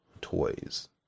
toys